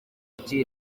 ibi